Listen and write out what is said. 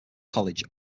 college